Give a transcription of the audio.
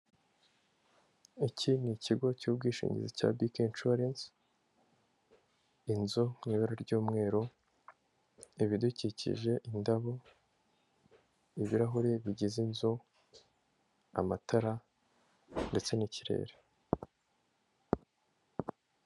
Iki ni ikigo cy'ubwishingizi cya bikeyi inshuwarensi, inzu mu ibara ry'umweru ibidukikije, indabo, ibirahuri bigize inzu, amatara ndetse n'ikirere.